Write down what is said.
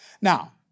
Now